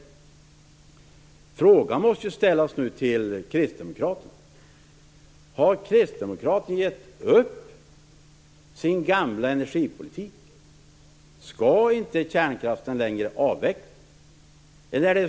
Följande fråga måste nu ställas till Kristdemokraterna: Har Kristdemokraterna gett upp sin gamla energipolitik? Skall kärnkraften inte längre avvecklas?